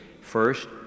First